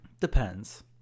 Depends